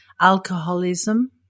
alcoholism